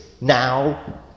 now